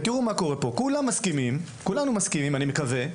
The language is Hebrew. תראו מה קורה פה, כולנו מסכימים, אני מקווה,